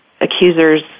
accuser's